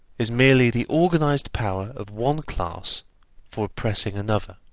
is merely the organised power of one class for oppressing another.